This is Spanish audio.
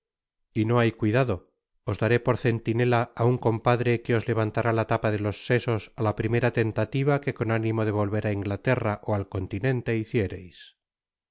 y no hay cuidado os daré por centinela á un compadre que os levantará la tapa de los sesos á la primera tentauva que con ánimo de volver á inglaterra ó al continente hiciereis